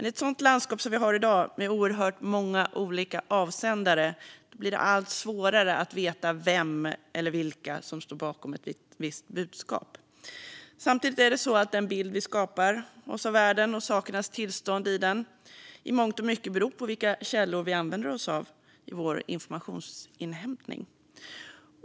I ett sådant landskap som vi har i dag, med oerhört många olika avsändare, blir det allt svårare att veta vem eller vilka som står bakom ett visst budskap. Samtidigt är det så att den bild vi skapar oss av världen och sakernas tillstånd i den i mångt och mycket beror på vilka källor vi använder oss av i vår informationsinhämtning.